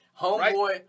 Homeboy